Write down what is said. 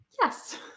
Yes